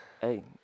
Hey